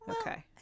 Okay